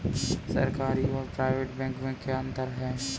सरकारी और private bank में क्या अंतर है?